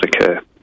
occur